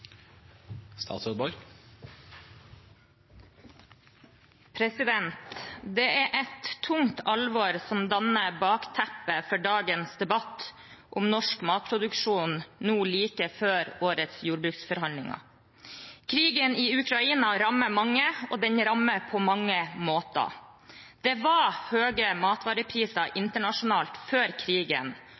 et tungt alvor som danner bakteppe for dagens debatt om norsk matproduksjon, nå like før årets jordbruksforhandlinger. Krigen i Ukraina rammer mange, og den rammer på mange måter. Det var høye matvarepriser internasjonalt før krigen,